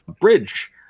bridge